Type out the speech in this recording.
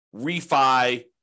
refi